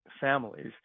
families